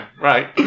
Right